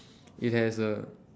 it has a